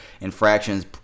infractions